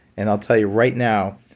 and i'll tell you right now,